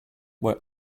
where